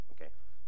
Okay